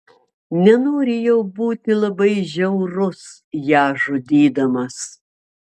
nenori jau būti labai žiaurus ją žudydamas